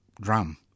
drum